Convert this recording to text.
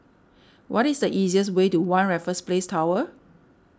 what is the easiest way to one Raffles Place Tower